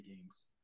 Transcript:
games